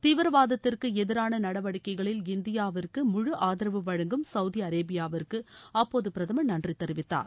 தீவிரவாதத்திற்கு எதிரான நடவடிக்கைகளில் இந்தியாவிற்கு முழு ஆதரவு வழங்கும் சவுதி அரேபியாவிற்கு அப்போது பிரதமர் நன்றி தெரிவித்தார்